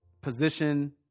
position